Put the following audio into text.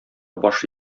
баш